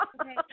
okay